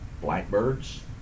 blackbirds